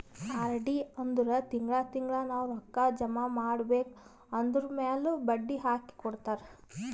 RD ಅಂದುರ್ ತಿಂಗಳಾ ತಿಂಗಳಾ ನಾವ್ ರೊಕ್ಕಾ ಜಮಾ ಮಾಡ್ಬೇಕ್ ಅದುರ್ಮ್ಯಾಲ್ ಬಡ್ಡಿ ಹಾಕಿ ಕೊಡ್ತಾರ್